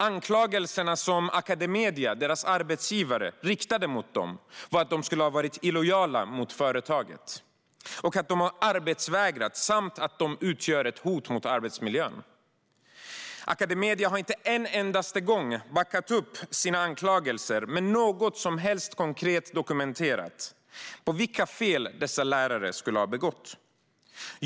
Anklagelserna som Academedia, deras arbetsgivare, riktade mot dem var att de ska ha varit illojala mot företaget. De ska ha arbetsvägrat samt ha utgjort ett hot mot arbetsmiljön. Academedia har inte en endaste gång backat upp sina anklagelser med någon som helst konkret dokumentation över vilka fel dessa lärare ska ha begått.